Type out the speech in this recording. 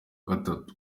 gatatu